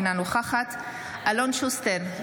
אינה נוכחת אלון שוסטר,